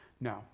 no